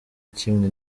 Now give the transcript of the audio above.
kimwe